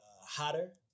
hotter